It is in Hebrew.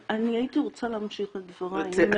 אני הייתי רוצה להמשיך את דבריי, אם אפשר.